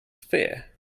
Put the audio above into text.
sphere